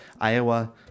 Iowa